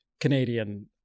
Canadian